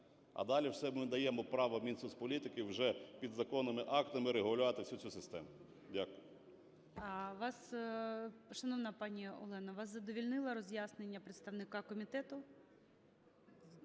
А далі все, ми даємо право Мінсоцполітики вже підзаконними актами регулювати всю цю систему. Дякую.